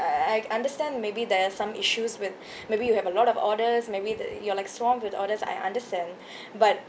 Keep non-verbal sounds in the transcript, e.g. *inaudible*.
I I understand maybe there's some issues with *breath* maybe you have a lot of orders maybe the you're like swamped with orders I understand *breath* but